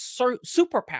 superpower